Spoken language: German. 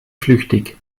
flüchtig